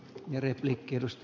arvoisa puhemies